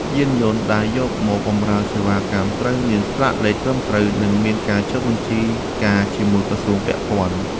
យានយន្តដែលយកមកបម្រើសេវាកម្មត្រូវមានស្លាកលេខត្រឹមត្រូវ និងមានការចុះបញ្ជីការជាមួយក្រសួងពាក់ព័ន្ធ។